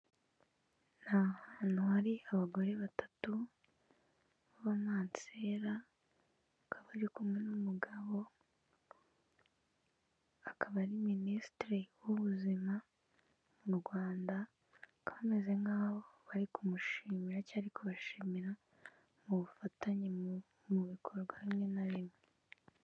Ni ahantu hari abagore batatu b'abamansera, bari kumwe n'umugabo, akaba ari minisitiri w'ubuzima mu Rwanda, bameze nkaho bari kumushimira cyangwa kubashimira, ubufatanye mu bikorwa bimwe na bimwe.